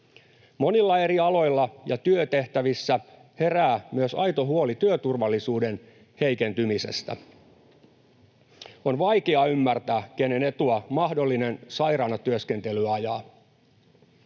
Monilla eri aloilla ja työtehtävissä herää myös aito huoli työturvallisuuden heikentymisestä. On vaikeaa ymmärtää, kenen etua mahdollinen sairaana työskentely ajaa.